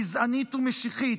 גזענית ומשיחית,